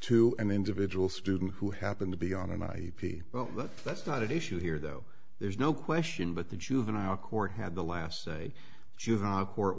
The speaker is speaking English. to an individual student who happened to be on and i p well that that's not at issue here though there's no question but the juvenile court had the last a juvenile court